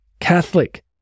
Catholic